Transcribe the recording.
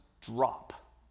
drop